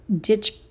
ditch